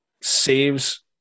saves